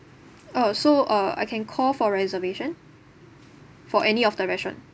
uh so uh I can call for reservation for any of the restaurant